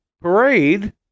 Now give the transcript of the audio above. parade